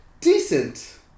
decent